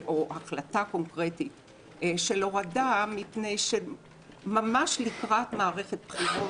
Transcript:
או החלטה קונקרטית על הורדה מפני שממש לקראת מערכת בחירות